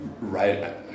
right